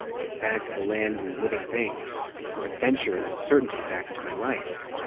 get back to the land and living things. get some adventure and uncertainty back into my life.